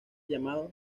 llamado